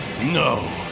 No